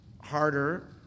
harder